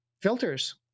filters